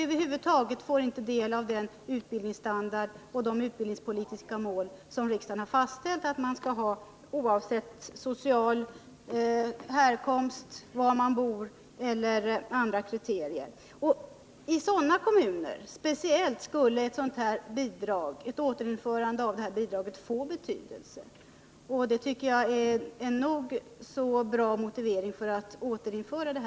Över huvud taget får de inte del av den utbildningsstandard som förutsätts i de utbildningspolitiska mål vilka riksdagen fastställt att gälla oavsett härkomst, bostadsort och andra kriterier. Ett återinförande av bidraget till allmän fritidsverksamhet skulle få betydelse speciellt i kommuner av här nämnt slag, och det tycker jag är en nog så bra motivering för att återinföra det.